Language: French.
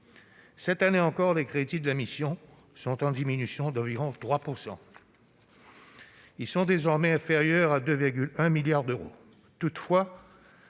Cette année encore, les crédits de la mission sont en diminution d'environ 3 % et sont désormais inférieurs à 2,1 milliards d'euros. Toutefois,